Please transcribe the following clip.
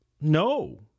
no